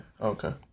Okay